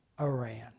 Iran